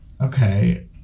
Okay